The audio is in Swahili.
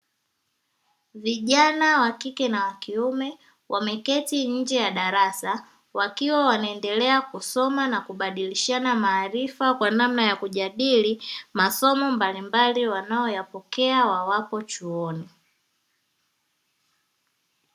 Vijana wa kike na kiume wameketi nje ya darasa wakiwa wanaendelea kusoma na kubadilishana maarifa, kwa namna ya kujadili masomo mbalimbali wanayoyapokea wawapo chuoni.